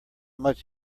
much